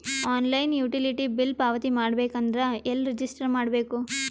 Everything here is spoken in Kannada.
ಆನ್ಲೈನ್ ಯುಟಿಲಿಟಿ ಬಿಲ್ ಪಾವತಿ ಮಾಡಬೇಕು ಅಂದ್ರ ಎಲ್ಲ ರಜಿಸ್ಟರ್ ಮಾಡ್ಬೇಕು?